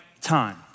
time